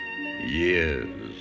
years